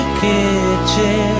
kitchen